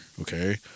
okay